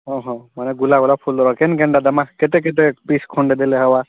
ଓଃ ମାନେ ଗୋଲା ଗୋଲାପ ଫୁଲ୍ ଦେବା କିନ୍ କେନ୍ତା ଦବାଁ କେତେ କେତେ ପିସ୍ ଖଣ୍ଡେ ଦେଲେ ହେବା